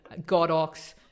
Godox